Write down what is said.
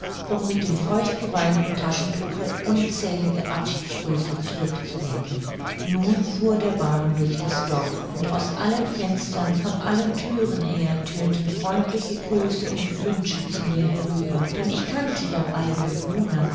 um mit dem feuchtgeweinten taschentuche unzählige abschiedsgrüße zurück zu winken nun fuhr der wagen durch das dorf und aus allen fenstern von allen thüren her tönten freundliche grüße und wünsche zu mir herüber denn ich kannte ja alle bewohner